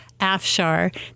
Afshar